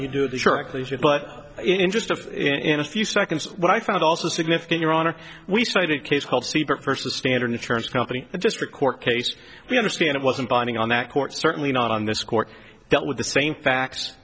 you do the shark please you but in interest of in a few seconds what i found also significant your honor we cited case called seabrook vs standard insurance company the district court case we understand it wasn't binding on that court certainly not on this court dealt with the same facts